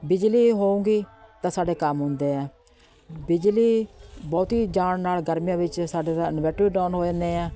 ਬਿਜਲੀ ਹੋਏਗੀ ਤਾਂ ਸਾਡੇ ਕੰਮ ਹੁੰਦੇ ਹੈ ਬਿਜਲੀ ਬਹੁਤੀ ਜਾਣ ਨਾਲ ਗਰਮੀਆਂ ਵਿੱਚ ਸਾਡੇ ਤਾਂ ਇਨਵੈਟਰ ਵੀ ਡਾਊਨ ਹੋ ਜਾਂਦੇ ਆ